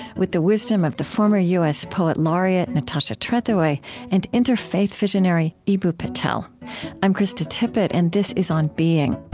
with the wisdom of the former u s. poet laureate natasha trethewey and interfaith visionary eboo patel i'm krista tippett, and this is on being